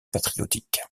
patriotique